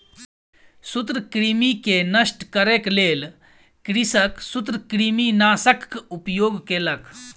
सूत्रकृमि के नष्ट करै के लेल कृषक सूत्रकृमिनाशकक उपयोग केलक